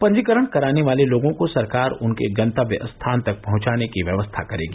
पंजीकरण कराने वाले लोगों को सरकार उनके गंतव्य स्थान तक पहंचाने की व्यवस्था करेगी